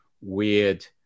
weird